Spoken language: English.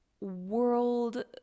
world